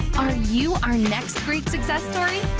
are you our nexus story?